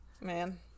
Man